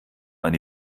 eine